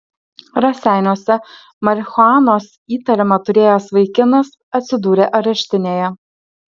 raseiniuose marihuanos įtariama turėjęs vaikinas atsidūrė areštinėje